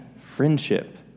friendship